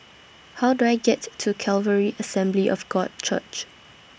How Do I get to Calvary Assembly of God Church